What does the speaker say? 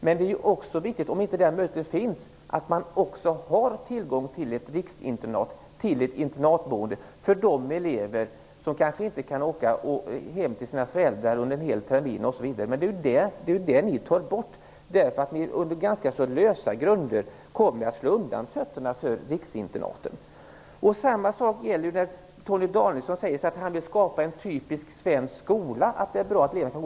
Men om den möjligheten inte finns är det viktigt med tillgången till ett internatboende för elever som kanske under en hel termin inte kan åka hem till sina föräldrar. Ni tar bort den möjligheten. På ganska lösa grunder kommer ni således att så att säga slå undan fötterna för riksinternaten. Torgny Danielsson säger att han vill skapa en typisk svensk skola och att det är bra för eleverna.